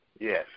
Yes